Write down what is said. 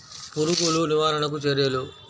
పురుగులు నివారణకు చర్యలు?